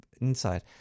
inside